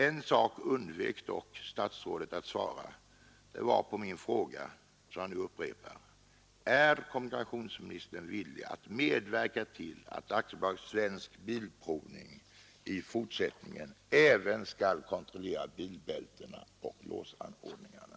En fråga undvek dock statsrådet att svara på, och jag upprepar den nu: Är kommunikationsministern villig att medverka till att AB Svensk bilprovning i fortsättningen även skall kontrollera bilbältena och låsanordningarna?